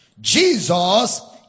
Jesus